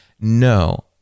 no